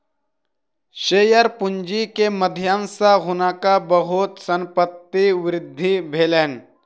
share पूंजी के माध्यम सॅ हुनका बहुत संपत्तिक वृद्धि भेलैन